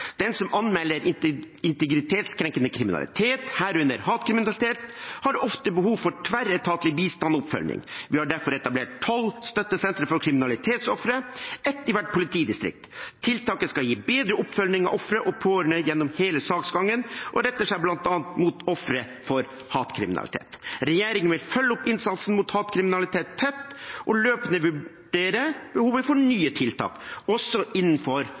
Den som anmelder integritetskrenkende kriminalitet, herunder hatkriminalitet, har ofte behov for tverretatlig bistand og oppfølging. Vi har derfor etablert tolv støttesentre for kriminalitetsofre, ett i hvert politidistrikt. Tiltaket skal gi bedre oppfølging av ofre og pårørende gjennom hele saksgangen og retter seg bl.a. mot ofre for hatkriminalitet. Regjeringen vil følge tett opp innsatsen mot hatkriminalitet og løpende vurdere behovet for nye tiltak, også innenfor